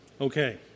Okay